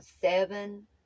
seven